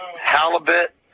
halibut